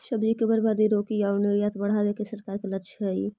सब्जि के बर्बादी रोके आउ निर्यात बढ़ावे के सरकार के लक्ष्य हइ